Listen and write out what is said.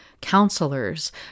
counselors